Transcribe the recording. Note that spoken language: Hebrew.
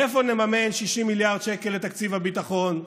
מאיפה נממן 60 מיליארד שקל לתקציב הביטחון?